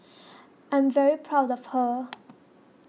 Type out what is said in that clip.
I'm very proud of her